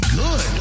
good